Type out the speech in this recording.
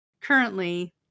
currently